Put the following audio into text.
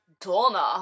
Donna